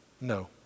No